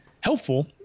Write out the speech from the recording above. helpful